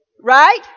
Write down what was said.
right